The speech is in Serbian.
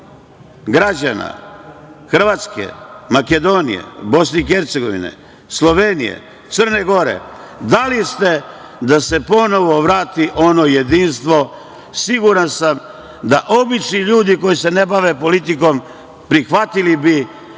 građana Hrvatske, Makedonije, BiH, Slovenije, Crne Gore, da li ste da se ponovo vrati ono jedinstvo, siguran sam da bi obični ljudi koji se ne bave politikom prihvatili, ali